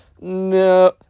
no